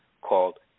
called